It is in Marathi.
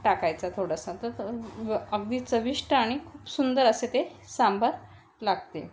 टाकायचं थोडंसं तर अगदी चविष्ट आणि खूप सुंदर असे ते सांबार लागते